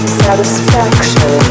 satisfaction